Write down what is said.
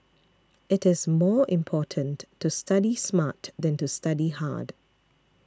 it is more important to study smart than to study hard